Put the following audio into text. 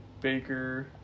Baker